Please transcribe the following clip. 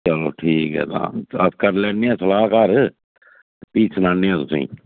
चलो ठीक ऐ तां अस करी लैन्ने आं सलाह् घर भी सनाने आं तुसें ई